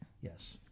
Yes